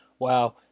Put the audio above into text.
Wow